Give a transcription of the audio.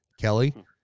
kelly